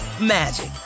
magic